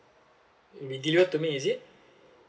it'll be delivered to me is it